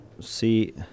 see